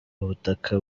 ubutaka